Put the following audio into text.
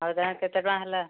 ଆଉ ତା'ହେଲେ କେତେ ଟଙ୍କା ହେଲା